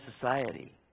society